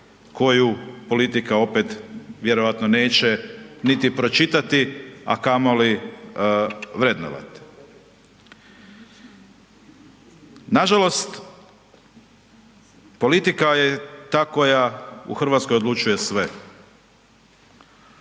koju politika opet vjerojatno neće niti pročitati, a kamoli vrednovati. Nažalost, politika je ta koja u RH odlučuje sve.